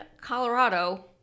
colorado